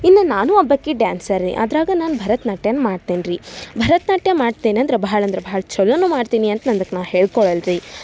ಇನ್ನು ನಾನು ಒಬ್ಬಾಕಿ ಡ್ಯಾನ್ಸರ್ ರಿ ಅದರಾಗ ನಾನು ಭರತ್ನಾಟ್ಯನ ಮಾಡ್ತೇನೆ ರಿ ಭರತನಾಟ್ಯ ಮಾಡ್ತೇನಂದ್ರೆ ಬಹಳ ಅಂದ್ರೆ ಬಹಳ ಛಲೋನೂ ಮಾಡ್ತೀನಿ ಅಂತ ನಂದಕ್ಕೆ ನಾ ಹೇಳ್ಕೊಳಲ್ಲ ರಿ